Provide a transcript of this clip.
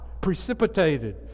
precipitated